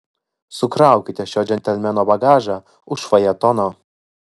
sukraukite šio džentelmeno bagažą už fajetono